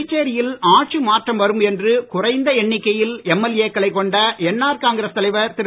புதுச்சேரியில் ஆட்சி மாற்றம் வரும் என்று குறைந்த எண்ணிக்கையில் எம்எல்ஏ க்களைக் கொண்ட என்ஆர் காங்கிரஸ் தலைவர் திரு